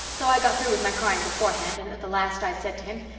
so i got through with my crying beforehand, and at the last i said to him,